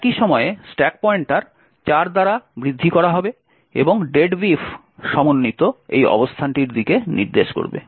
একই সময়ে stack pointer 4 দ্বারা বৃদ্ধি করা হবে এবং deadbeef সমন্বিত এই অবস্থানটির দিকে নির্দেশ করবে